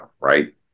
right